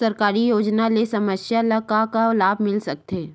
सरकारी योजना ले समस्या ल का का लाभ मिल सकते?